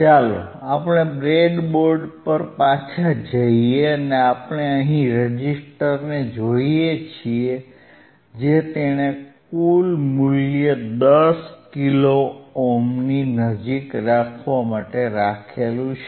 ચાલો આપણે બ્રેડબોર્ડ પર પાછા જઈએ અને આપણે અહીં રેઝિસ્ટરને જોઈએ છીએ જે તેણે કુલ મૂલ્ય 10 કિલો ઓહ્મની નજીક રાખવા માટે રાખ્યું છે